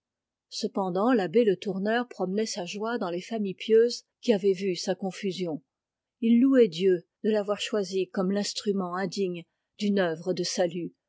cependant l'abbé le tourneur promenait sa joie dans les familles pieuses qui avaient vu sa confusion il louait dieu de l'avoir choisi comme l'instrument indigne d'une œuvre de salut